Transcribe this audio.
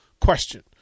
question